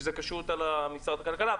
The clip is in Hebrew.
שזה קשור למשרד הכלכלה,